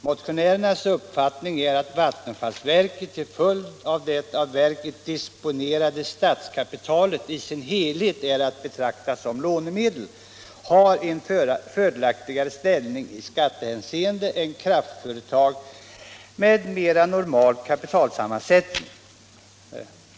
Motionärernas uppfattning är att vattenfallsverket, till följd av att det av verket disponerade statskapitalet i sin helhet är att betrakta som lånemedel, har en fördelaktigare ställning i skattehänseende än kraftföretag med mera normal kapitalsammansättning.